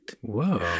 Whoa